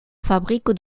fabrique